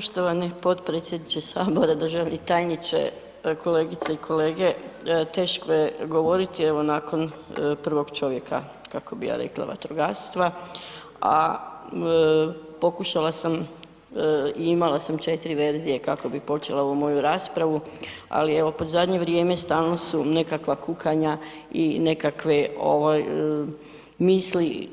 poštovani potpredsjedniče HS, državni tajniče, kolegice i kolege, teško je govoriti evo nakon prvog čovjeka, kako bi ja rekla vatrogastva, a pokušala sam i imala sam 4 verzije kako bi počela ovu moju raspravu, ali evo pod zadnje vrijeme stalno su nekakva kukanja i nekakve misli,